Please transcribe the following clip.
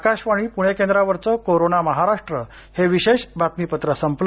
आकाशवाणी पूणे केंद्रावरचं कोरोना महाराष्ट् हे विशेष बातमीपत्र संपलं